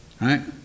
right